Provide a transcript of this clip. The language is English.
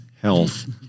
Health